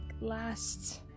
last